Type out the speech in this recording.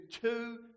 two